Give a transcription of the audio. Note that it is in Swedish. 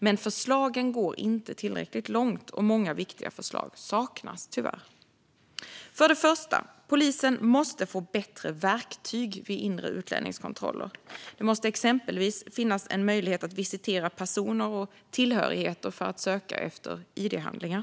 Men förslagen går inte tillräckligt långt, och många viktiga förslag saknas tyvärr. För det första: Polisen måste få bättre verktyg vid inre utlänningskontroller. Det måste exempelvis finnas en möjlighet att visitera personer och tillhörigheter för att söka efter id-handlingar.